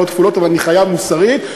אבל אני חייב מוסרית,